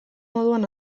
moduan